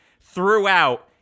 throughout